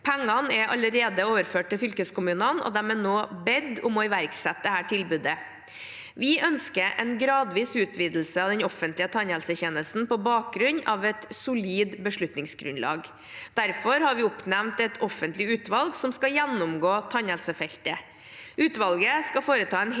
Pengene er allerede overført til fylkeskommunene, og de er nå bedt om å iverksette dette tilbudet. Vi ønsker en gradvis utvidelse av den offentlige tannhelsetjenesten på bakgrunn av et solid beslutningsgrunnlag. Derfor har vi oppnevnt et offentlig utvalg som skal gjennomgå tannhelsefeltet. Utvalget skal foreta en helhetlig